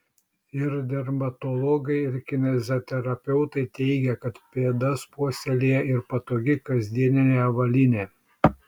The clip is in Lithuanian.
ir dermatologai ir kineziterapeutai teigia kad pėdas puoselėja ir patogi kasdieninė avalynė